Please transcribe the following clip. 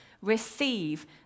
receive